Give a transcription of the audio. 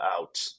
out